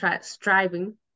striving